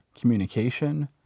communication